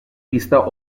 pista